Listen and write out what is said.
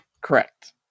Correct